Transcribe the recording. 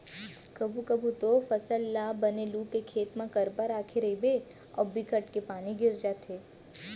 कभू कभू तो फसल ल बने लू के खेत म करपा राखे रहिबे अउ बिकट के पानी गिर जाथे